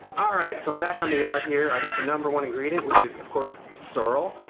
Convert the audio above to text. all right, so i'm back on the yard here. i got the number one ingredient which is, of course, sorrel.